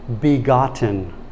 begotten